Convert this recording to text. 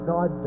God